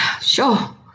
sure